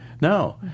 No